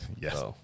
Yes